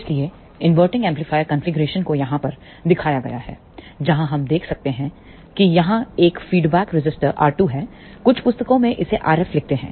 इसलिए inverting amplifier कॉन्फ़िगरेशनको यहाँ पर दिखाया गया है जहाँ हम देख सकते हैं कि यहां एक फीडबैक रजिस्टर R2 हैकुछ पुस्तकों में इसे Rf लिखते हैं